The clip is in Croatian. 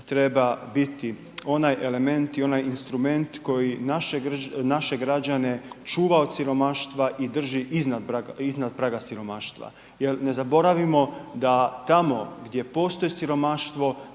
treba biti onaj element i onaj instrument koji naše građane čuva od siromaštva i drži iznad praga siromaštva jer ne zaboravimo da tamo gdje postoji siromaštvo